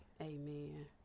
Amen